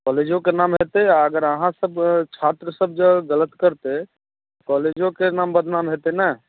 कॉलेजोके नाम हेतै अगर अहाँ सब छत्र सब जँ गलत करतै कॉलेजोके नाम बदनाम हेतै ने